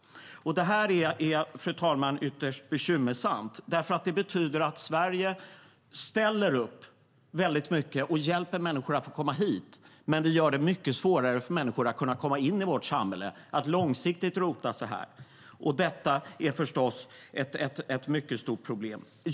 Fru talman! Detta är ytterst bekymmersamt, för det betyder att Sverige ställer upp väldigt mycket och hjälper människor att få komma hit, men vi gör det mycket svårare för människor att kunna komma in i vårt samhälle och långsiktigt rota sig här. Det är förstås ett mycket stort problem.